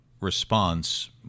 response